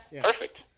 Perfect